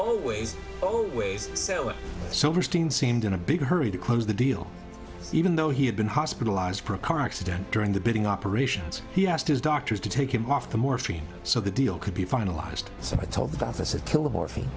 always always so silverstein seemed in a big hurry to close the deal even though he had been hospitalized for a car accident during the building operations he asked his doctors to take him off the morphine so the deal could be finalized so i told the office at kill the morphine